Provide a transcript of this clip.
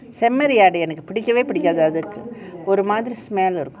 செம்மறி ஆடு எனக்கு பிடிக்கவே பிடிக்காது ஒருமாதிரி:semmari aadu enaku pudikkave pudikaathu oru maathiri smell